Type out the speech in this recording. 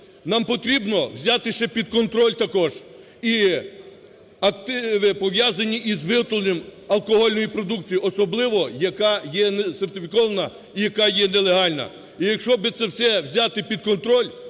Нам потрібно взяти ще під контроль також і активи, пов'язані із виготовленням алкогольної продукції, особливо яка є несертифікована і яка є нелегальна. І якщо би все це взяти під контроль,